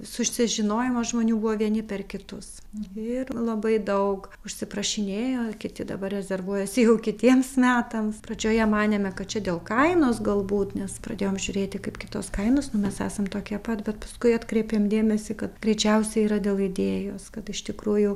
susižinojimas žmonių buvo vieni per kitus ir labai daug užsiprašinėjo kiti dabar rezervuojasi jau kitiems metams pradžioje manėme kad čia dėl kainos galbūt nes pradėjom žiūrėti kaip kitos kainos nu mes esam tokie pat bet paskui atkreipėm dėmesį kad greičiausiai yra dėl idėjos kad iš tikrųjų